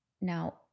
Now